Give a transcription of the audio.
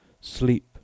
Sleep